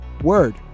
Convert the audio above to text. word